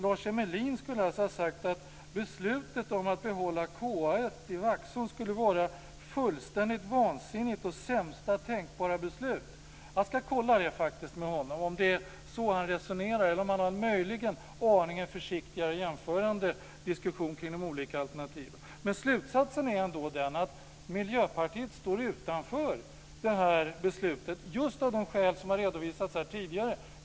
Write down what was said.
Lars Emmelin skulle alltså ha sagt att beslutet att behålla KA 1 i Vaxholm skulle vara fullständigt vansinnigt och det sämsta tänkbara. Jag ska faktiskt kolla med honom om det är så han resonerar eller om han möjligen för en aningen försiktigare jämförande diskussion kring de olika alternativen. Men slutsatsen är ändå att Miljöpartiet står utanför det här beslutet just av de skäl som har redovisats här tidigare.